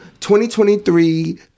2023